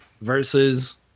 versus